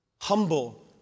Humble